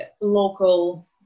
local